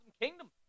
Kingdom